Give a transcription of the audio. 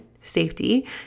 safety